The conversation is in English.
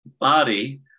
body